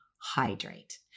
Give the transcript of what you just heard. Hydrate